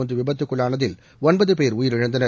ஒன்று விபத்துக்குள்ளானதில் ஒன்பது பேர் உயிரிழந்தனர்